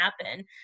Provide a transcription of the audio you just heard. happen